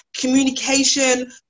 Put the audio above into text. Communication